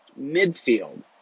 Midfield